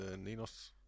ninos